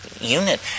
unit